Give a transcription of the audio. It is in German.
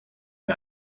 mir